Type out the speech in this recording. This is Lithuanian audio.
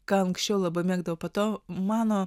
ką anksčiau labai mėgdavau po to mano